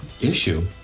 issue